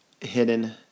hidden